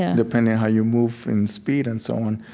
and depending on how you move and speed and so on.